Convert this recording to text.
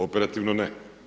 Operativno ne.